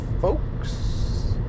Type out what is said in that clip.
folks